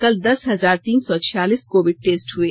कल दस हजार तीन सौ छियासलीस कोविड टेस्ट हुए